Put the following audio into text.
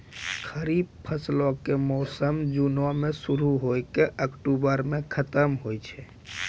खरीफ फसलो के मौसम जूनो मे शुरु होय के अक्टुबरो मे खतम होय छै